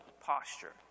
posture